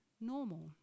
normal